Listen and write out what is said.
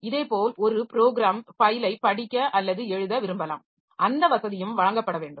இதேபோல் ஒரு ப்ராேகிராம் ஃபைலை படிக்க அல்லது எழுத விரும்பலாம் அந்த வசதியும் வழங்கப்பட வேண்டும்